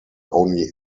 only